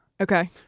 Okay